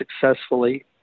successfully